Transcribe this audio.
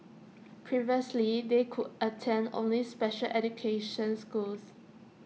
previously they could attend only special education schools